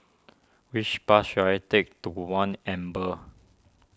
which bus should I take to one Amber